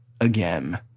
again